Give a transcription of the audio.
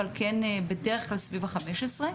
בדרך כלל סביב ה-15,